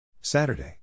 Saturday